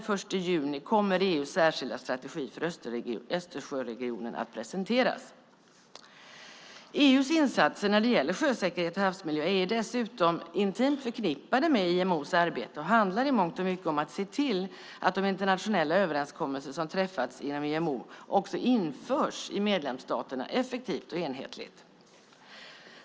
Först i juni kommer EU:s särskilda strategi för Östersjöregionen att presenteras. EU:s insatser när det gäller sjösäkerhet och havsmiljö är dessutom intimt förknippade med IMO:s arbete och handlar i mångt och mycket om att se till att de internationella överenskommelser som träffats inom IMO också effektivt och enhetligt införs i medlemsstaterna.